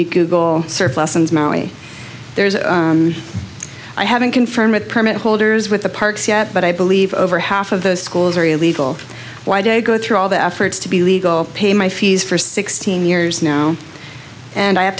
go surf lessons maoi there's a i haven't confirmed that permit holders with the parks yet but i believe over half of those schools are illegal why go through all the efforts to be legal pay my fees for sixteen years now and i have